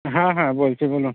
হ্যাঁ হ্যাঁ বলছি বলুন